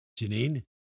Janine